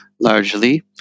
largely